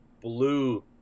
Blue